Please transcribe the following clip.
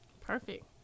Perfect